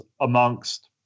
amongst